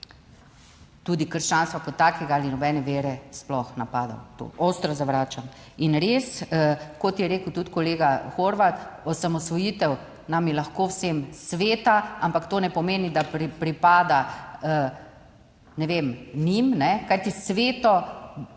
tudi krščanstva kot takega ali nobene vere, sploh napadov. To ostro zavračam. In res, kot je rekel tudi kolega Horvat, osamosvojitev nam je lahko vsem sveta, ampak to ne pomeni, da pripada, ne vem, njim, kajti sveto